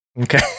Okay